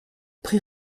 prix